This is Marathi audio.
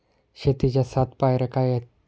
शेतीच्या सात पायऱ्या काय आहेत?